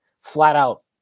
flat-out